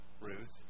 Ruth